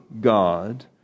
God